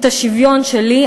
את השוויון שלי,